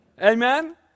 amen